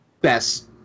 best